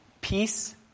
Peace